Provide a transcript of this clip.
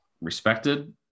respected